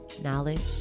knowledge